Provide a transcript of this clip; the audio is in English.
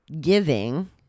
giving